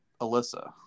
Alyssa